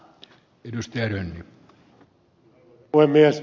arvoisa puhemies